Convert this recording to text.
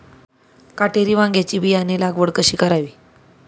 काटेरी वांग्याची बियाणे लागवड कधी करावी?